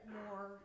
more